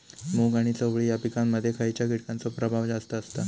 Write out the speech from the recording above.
मूग आणि चवळी या पिकांमध्ये खैयच्या कीटकांचो प्रभाव जास्त असता?